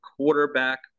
quarterback